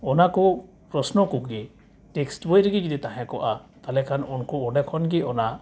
ᱚᱱᱟᱠᱚ ᱯᱨᱚᱥᱱᱚ ᱠᱚᱜᱮ ᱴᱮᱠᱥᱴ ᱵᱳᱭ ᱨᱮᱜᱮ ᱡᱩᱫᱤ ᱛᱟᱦᱮᱸᱠᱚᱜᱼᱟ ᱛᱟᱦᱚᱞᱮ ᱠᱷᱟᱱ ᱩᱱᱠᱩ ᱚᱸᱰᱮ ᱠᱷᱚᱱᱜᱮ ᱚᱱᱟ